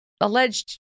alleged